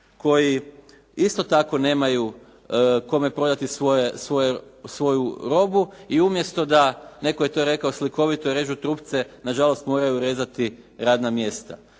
koji isto tako nemaju kome prodati svoju robu i umjesto da, netko je to slikovito rekao, režu trupce, na žalost moraju rezati radna mjesta.